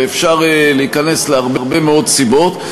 ואפשר להיכנס להרבה מאוד סיבות,